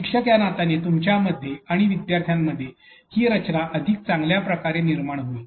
शिक्षक या नात्याने तुमच्यामध्ये आणि विद्यार्थ्यां मध्ये ही रचना अधिक चांगल्या प्रमाणात निर्माण होईल